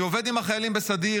אני עובד עם החיילים בסדיר.